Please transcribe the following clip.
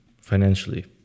financially